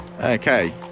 Okay